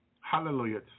Hallelujah